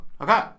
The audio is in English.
Okay